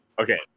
Okay